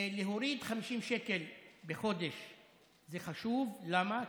להוריד 50 שקל בחודש זה חשוב, למה?